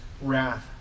wrath